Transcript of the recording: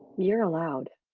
you're allowed.